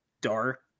dark